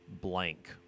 blank